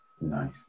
Nice